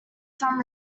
some